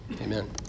Amen